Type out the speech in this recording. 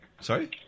sorry